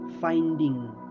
finding